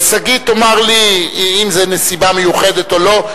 שׂגית תאמר לי אם זה נסיבה מיוחדת או לא,